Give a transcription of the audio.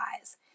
eyes